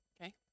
Okay